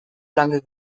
lange